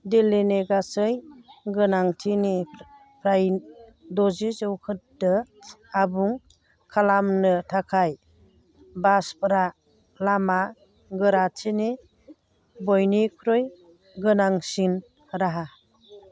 दिल्लीनि गासौ गोनांथिनि फ्राय द'जि जौखोन्दो आबुं खालामनो थाखाय बासफोरा लामा गोराथिनि बयनिख्रुइ गोनांसिन राहा